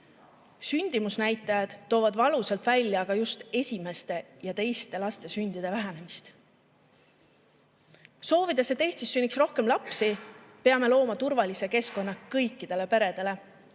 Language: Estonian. Sündimusnäitajad toovad valusalt välja aga just esimeste ja teiste laste sündide vähenemist. Soovides, et Eestis sünniks rohkem lapsi, peame looma turvalise keskkonna kõikidele peredele.